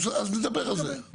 אז נדבר על זה.